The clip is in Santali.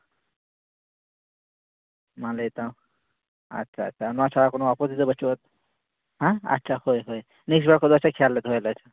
ᱢᱟ ᱞᱟᱹᱭ ᱛᱟᱢ ᱟᱪᱪᱷᱟ ᱟᱪᱪᱷᱟ ᱱᱚᱣᱟ ᱪᱷᱟᱲᱟ ᱠᱚᱱᱚ ᱟᱯᱚᱛᱛᱤ ᱫᱚ ᱵᱟᱹᱪᱩᱜ ᱟᱛᱚ ᱦᱮᱸ ᱟᱪᱪᱷᱟ ᱦᱳᱭ ᱦᱳᱭ ᱱᱟᱭᱟᱹ ᱠᱷᱚᱱ ᱫᱚ ᱠᱷᱮᱭᱟᱞ ᱞᱮ ᱫᱚᱦᱚᱭᱟᱞᱮ ᱟᱪᱪᱷᱟ